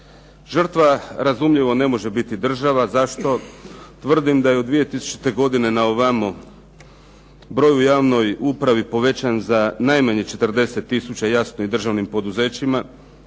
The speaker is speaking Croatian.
Žrtva, razumljivo, ne može biti država, zašto? Tvrdim da je od 2000. godine na ovamo broj u javnoj upravi povećan za najmanje 40 tisuća, jasno i državnim poduzećima,